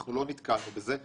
אנחנו לא נתקלנו בזה.